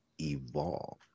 evolve